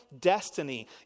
destiny